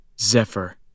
Zephyr